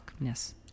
yes